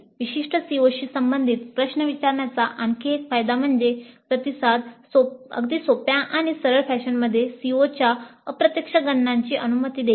विशिष्ट COशी संबंधित प्रश्न विचारण्याचा आणखी एक फायदा म्हणजे प्रतिसाद अगदी सोप्या आणि सरळ फॅशनमध्ये COच्या अप्रत्यक्ष गणनाची अनुमती देईल